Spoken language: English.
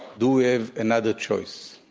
do we have another choice?